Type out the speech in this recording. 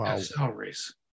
salaries